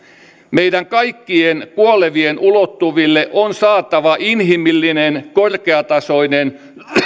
meidän kaikkien kuolevien ulottuville on saatava inhimillinen korkeatasoinen